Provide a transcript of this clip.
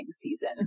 season